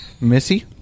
Missy